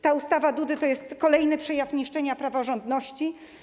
Ta ustawa Dudy to jest kolejny przejaw niszczenia praworządności.